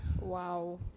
wow